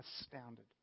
astounded